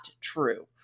true